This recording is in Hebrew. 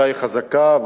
די חזקה,